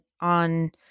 on